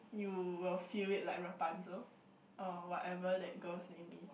you will feel it like Rapunzel or whatever that girl's name is